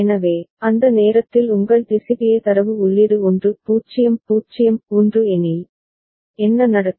எனவே அந்த நேரத்தில் உங்கள் டிசிபிஏ தரவு உள்ளீடு 1 0 0 1 எனில் என்ன நடக்கும்